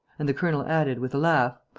and the colonel added, with a laugh,